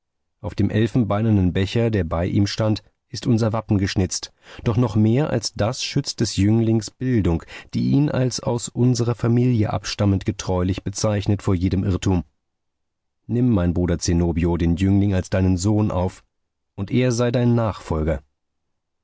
auf dem elfenbeinernen becher der bei ihm stand ist unser wappen geschnitzt doch noch mehr als das schützt des jünglings bildung die ihn als aus unserer familie abstammend getreulich bezeichnet vor jedem irrtum nimm mein bruder zenobio den jüngling als deinen sohn auf und er sei dein nachfolger